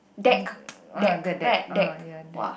ah that that ah ya that